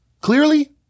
clearly